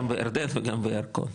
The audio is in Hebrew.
גם בירדן וגם בירקון.